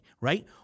right